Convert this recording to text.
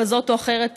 כזאת או אחרת,